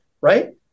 right